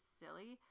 silly